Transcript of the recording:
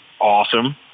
awesome